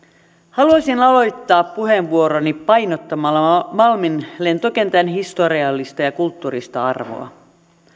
haluaisin aloittaa puheenvuoroni painottamalla malmin lentokentän historiallista ja kulttuurista arvoa